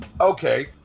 Okay